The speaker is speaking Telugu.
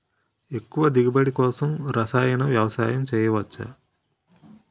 ఎక్కువ దిగుబడి కోసం రసాయన వ్యవసాయం చేయచ్చ?